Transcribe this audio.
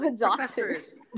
professors